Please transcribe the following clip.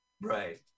Right